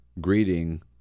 greeting